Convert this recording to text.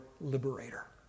liberator